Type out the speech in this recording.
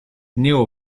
neu